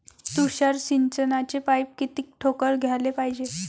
तुषार सिंचनाचे पाइप किती ठोकळ घ्याले पायजे?